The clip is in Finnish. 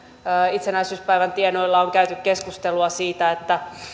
itsenäisyyspäivän tienoilla on käyty keskustelua siitä